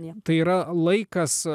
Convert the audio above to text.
ne tai yra laikas